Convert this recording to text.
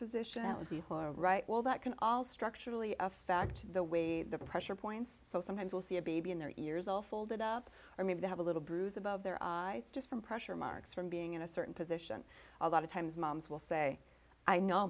position that would be right well that can all structurally affect the way the pressure points so sometimes you'll see a baby in their ears all folded up or maybe they have a little bruise above their eyes just from pressure marks from being in a certain position a lot of times moms will say i know